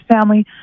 family